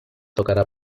tocará